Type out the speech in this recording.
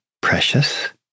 precious